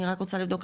אני רק רוצה לבדוק,